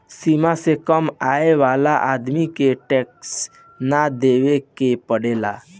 सीमा से कम आय वाला आदमी के टैक्स ना देवेके पड़ेला